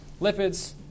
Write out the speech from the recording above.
lipids